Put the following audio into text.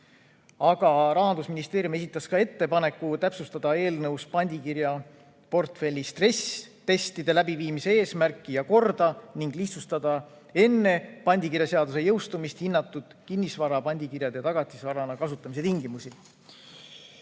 Aga Rahandusministeerium esitas ka ettepaneku täpsustada eelnõus pandikirjaportfelli stressitestide läbiviimise eesmärki ja korda ning lihtsustada enne pandikirjaseaduse jõustumist hinnatud kinnisvara pandikirjade tagatisvarana kasutamise tingimusi.